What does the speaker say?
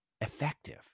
effective